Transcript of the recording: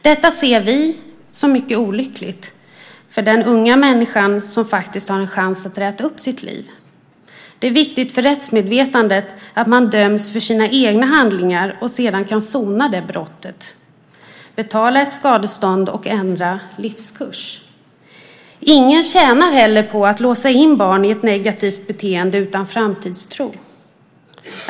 Detta ser vi som mycket olyckligt för den unga människan som faktiskt har en chans att räta upp sitt liv. Det är viktigt för rättsmedvetandet att man döms för sina egna handlingar och sedan kan sona det brottet, betala ett skadestånd och ändra livskurs. Ingen tjänar heller på att låsa in barn i ett negativt beteende utan framtidstro.